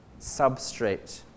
substrate